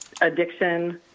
addiction